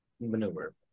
maneuver